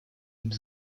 ними